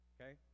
okay